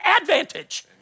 advantage